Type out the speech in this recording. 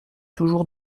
toujours